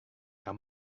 how